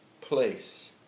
place